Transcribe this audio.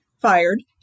fired